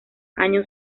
año